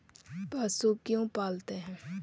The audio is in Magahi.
पशु क्यों पालते हैं?